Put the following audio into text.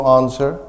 answer